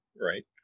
right